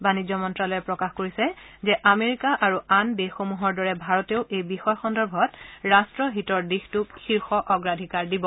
বাণিজ্য মন্তালয়ে প্ৰকাশ কৰিছে যে আমেৰিকা আৰু আন দেশসমূহৰ দৰে ভাৰতেও এই বিষয় সন্দৰ্ভত ৰাট্টহিতৰ দিশটোক শীৰ্ষ অগ্ৰাধিকাৰ দিব